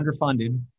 underfunded